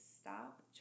stop